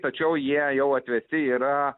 tačiau jie jau atvesti yra